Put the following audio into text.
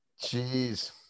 Jeez